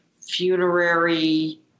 funerary